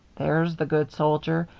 there's the good soldier.